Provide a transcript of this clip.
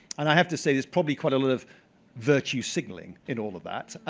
and i have to say there's probably quite a lot of virtue signaling in all of that.